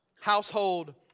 household